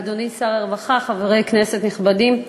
אדוני שר הרווחה, חברי כנסת נכבדים,